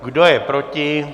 Kdo je proti?